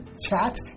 chat